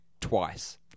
twice